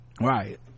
right